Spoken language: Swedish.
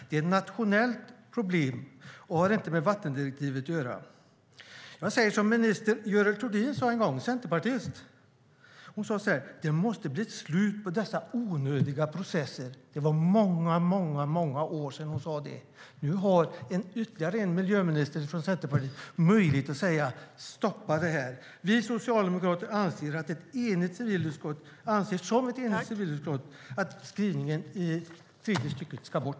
Det är ett nationellt problem, och det har inte med vattendirektivet att göra. Jag säger som minister Görel Thurdin, centerpartist, sade en gång: Det måste bli ett slut på dessa onödiga processer. Det var många, många år sedan hon sade det. Nu har ytterligare en miljöminister från Centerpartiet möjlighet att säga: Stoppa det här! Vi socialdemokrater anser som ett enigt civilutskott att skrivningen i tredje stycket ska bort.